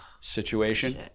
situation